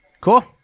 Cool